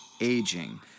Aging